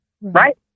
Right